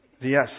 Yes